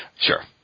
Sure